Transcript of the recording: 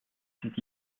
s’est